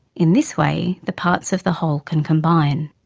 in this way the parts of the whole can combine.